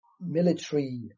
military